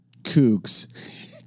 kooks